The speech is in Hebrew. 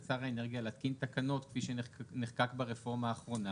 שר האנרגיה להתקין תקנות כפי שנחקק ברפורמה האחרונה.